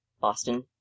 Boston